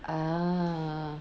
ah